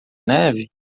neve